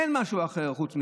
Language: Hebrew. אין משהו אחר חוץ מזה.